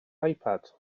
ipad